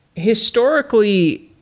historically,